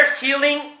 healing